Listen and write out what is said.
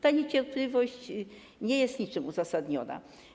Ta niecierpliwość nie jest niczym uzasadniona.